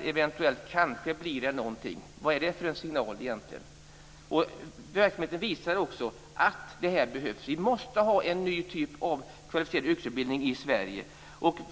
kanske eventuellt blir någonting. Vad är det för en signal, egentligen? Verkligheten visar att det här behövs. Vi måste ha en ny typ av kvalificerad yrkesutbildning i Sverige.